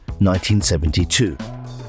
1972